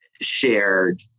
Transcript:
shared